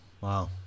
Wow